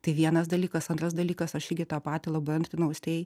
tai vienas dalykas antras dalykas aš lygiai tą patį labai artinu austėjai